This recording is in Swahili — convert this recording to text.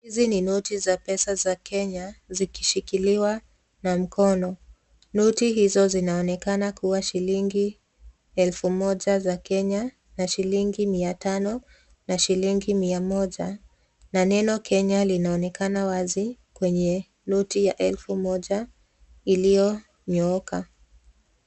Hizi ni noti za pesa za Kenya zikishikiliwa na mkono. Noti hizo zinaonekana kuwa shilingi elfu moja za Kenya na shilingi mia tano na shilingi mia moja na neno Kenya linaonekana wazi kwenye noti ya elfu moja iliyonyooka.